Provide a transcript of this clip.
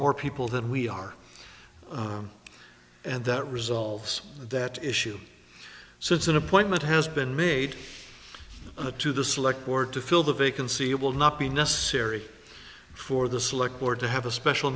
more people than we are and that resolves that issue since an appointment has been made a to the select board to fill the vacancy it will not be necessary for the select ward to have a special